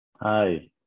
Hi